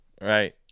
Right